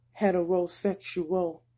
heterosexual